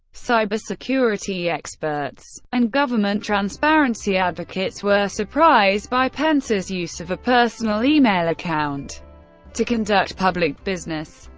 cybersecurity experts and government transparency advocates were surprised by pence's use of a personal email account to conduct public business,